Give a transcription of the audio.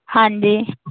ਹਾਂਜੀ